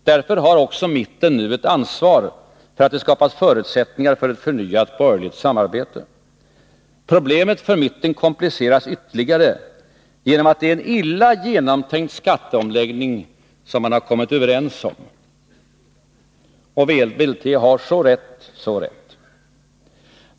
Därför har också mitten nu ett ansvar för att det skapas förutsättningar för ett förnyat borgerligt samarbete. Problemet för mitten kompliceras ytterligare genom att det är en illa genomtänkt skatteomläggning man kommit överens om.” VLT har så rätt, så rätt.